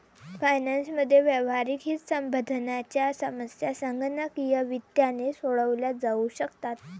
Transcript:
finance मधील व्यावहारिक हितसंबंधांच्या समस्या संगणकीय वित्ताने सोडवल्या जाऊ शकतात